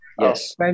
Yes